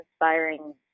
inspiring